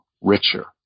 richer